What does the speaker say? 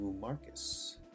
Marcus